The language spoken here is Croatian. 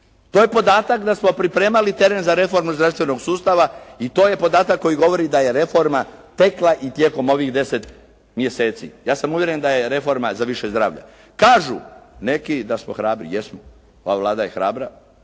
To je podatak da smo pripremali teren za reformu zdravstvenog sustava i to je podatak koji govori da je reforma tekla i tijekom ovih deset mjeseci. Ja sam uvjeren da je reforma za više zdravlja. Kažu neki da smo hrabri. Jesmo. Ova Vlada je hrabra,